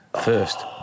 First